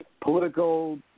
political